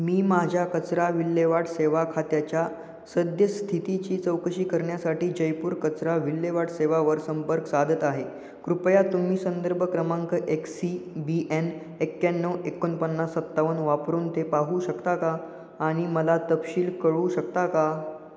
मी माझ्या कचरा विल्हेवाट सेवा खात्याच्या सद्यस्थितीची चौकशी करण्यासाठी जयपूर कचरा विल्हेवाट सेवावर संपर्क साधत आहे कृपया तुम्ही संदर्भ क्रमांक एक्स सी बी एन एक्याण्णव एकोणपन्नास सत्तावन्न वापरून ते पाहू शकता का आणि मला तपशील कळवू शकता का